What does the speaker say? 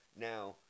Now